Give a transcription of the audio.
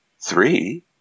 three